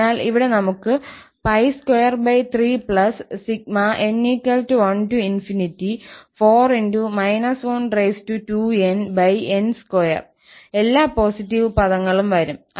അതിനാൽ ഇവിടെ നമുക്ക് 𝜋23 n14 12nn2 എല്ലാ പോസിറ്റീവ് പദങ്ങളും വരും